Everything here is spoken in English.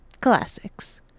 classics